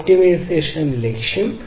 optimisation ലക്ഷ്യം